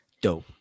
dope